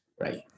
right